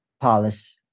polish